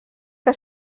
que